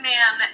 Man